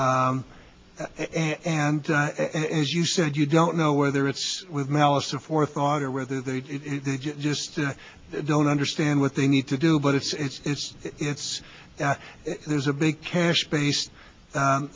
and as you said you don't know whether it's with malice of forethought or whether they just don't understand what they need to do but it's it's it's it's there's a big cash based